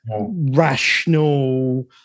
rational